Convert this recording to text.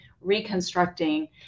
reconstructing